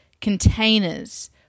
containers